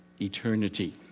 eternity